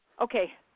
Okay